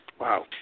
Wow